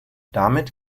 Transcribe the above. damit